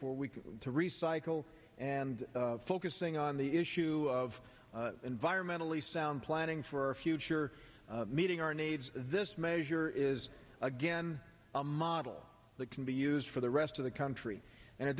for week to recycle and focusing on the issue of environmentally sound planning for our future meeting our needs this measure is again a model that can be used for the rest of the country and